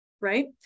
right